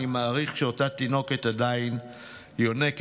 אני מעריך שאותה תינוקת עדיין יונקת,